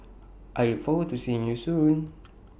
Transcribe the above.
I look forward to seeing you soon